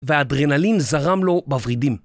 והאדרנלין זרם לו בורידים.